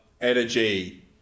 energy